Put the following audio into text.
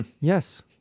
Yes